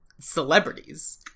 celebrities